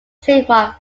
trademark